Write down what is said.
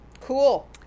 Cool